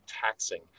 taxing